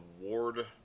ward